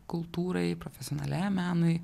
kultūrai profesionaliam menui